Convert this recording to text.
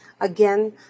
Again